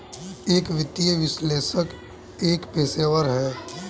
एक वित्तीय विश्लेषक एक पेशेवर है